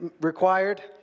required